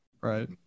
Right